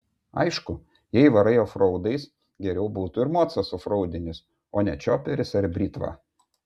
aišku jei varai ofraudais geriau būtų ir mocas ofraudinis o ne čioperis ar britva